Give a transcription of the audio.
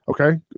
Okay